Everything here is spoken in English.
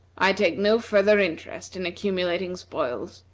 i take no further interest in accumulating spoils.